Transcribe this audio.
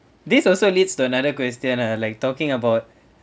this also leads to another question ah like talking about